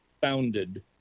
founded